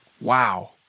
Wow